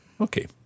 Okay